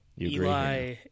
Eli